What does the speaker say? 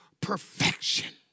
perfection